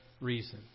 reason